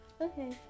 Okay